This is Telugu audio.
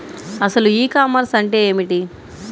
అసలు ఈ కామర్స్ అంటే ఏమిటి?